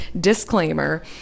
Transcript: disclaimer